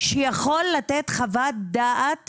שיכול לתת חוות דעת